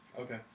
Okay